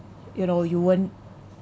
you know you won't